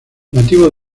nativo